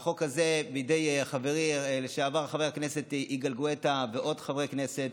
החוק הזה נחקק בידי חברי חבר הכנסת לשעבר יגאל גואטה ועוד חברי כנסת: